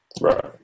Right